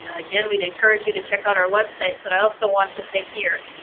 again, we'd encourage you to check out our website, but i also want to say here,